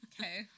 okay